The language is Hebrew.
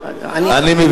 לצערי, הן לא